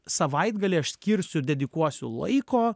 savaitgalį aš skirsiu dedikuosiu laiko